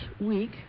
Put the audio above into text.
week